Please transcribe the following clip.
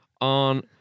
On